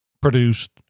produced